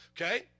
Okay